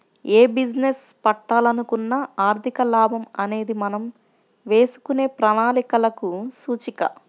యే బిజినెస్ పెట్టాలనుకున్నా ఆర్థిక లాభం అనేది మనం వేసుకునే ప్రణాళికలకు సూచిక